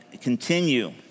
continue